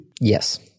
Yes